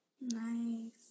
Nice